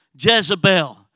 Jezebel